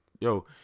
Yo